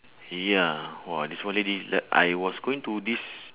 he ah !wah! this one lady like I was going to this